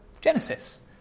Genesis